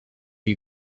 you